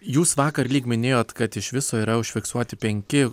jūs vakar lyg minėjot kad iš viso yra užfiksuoti penki